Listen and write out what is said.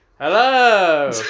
Hello